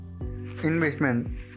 investment